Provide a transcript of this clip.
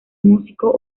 músico